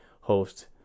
host